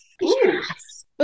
Yes